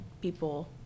people